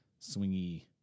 swingy